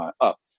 up